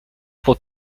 pour